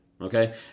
okay